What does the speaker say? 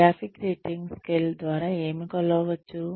graphic rating scale ద్వారా ఏమి కొలవవచ్చు